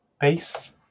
base